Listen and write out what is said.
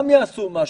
הם גם יעשו משהו,